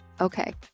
Okay